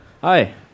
Hi